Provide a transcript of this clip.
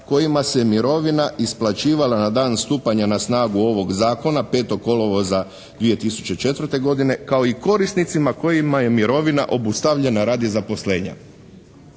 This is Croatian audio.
kojima se mirovina isplaćivala na dan stupanja na snagu ovog zakona, 5. kolovoza 2004. godine, kao i korisnicima kojima je mirovina obustavljena radi zaposlenja.